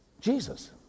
Jesus